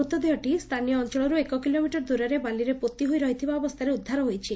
ମୁତଦେହଟି ଗାଁ ଠାରୁ ଏକ କିଲୋମିଟର ଦୂରରେ ବାଲିରେ ପୋତି ହୋଇ ରହିଥିବା ଅବସ୍ତାରେ ଉଦ୍ଧାର ହୋଇଛି